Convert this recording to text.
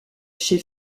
chez